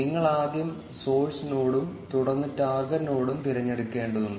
നിങ്ങൾ ആദ്യം സോഴ്സ് നോഡും തുടർന്ന് ടാർഗെറ്റ് നോഡും തിരഞ്ഞെടുക്കേണ്ടതുണ്ട്